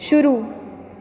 शुरू